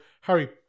Harry